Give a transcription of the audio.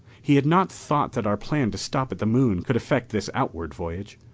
he had not thought that our plan to stop at the moon could affect this outward voyage.